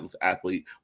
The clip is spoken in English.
athlete